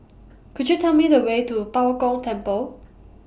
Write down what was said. Could YOU Tell Me The Way to Bao Gong Temple